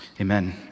Amen